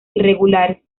irregulares